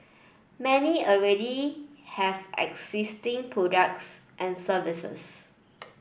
many already have existing products and services